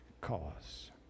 cause